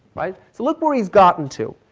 right. so look where he's gotten to.